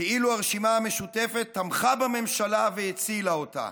כאילו הרשימה המשותפת תמכה בממשלה והצילה אותה.